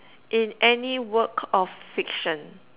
in any word of fiction